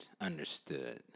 understood